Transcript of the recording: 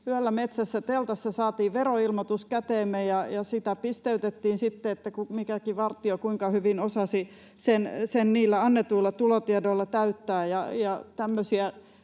yöllä metsässä teltassa saatiin veroilmoitus käteemme, ja sitä pisteytettiin sitten, kuinka hyvin mikäkin vartio osasi sen niillä annetuilla tulotiedoilla täyttää.